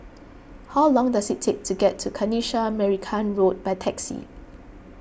how long does it take to get to Kanisha Marican Road by taxi